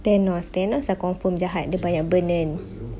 thanos thanos I confirm jahat dia banyak burden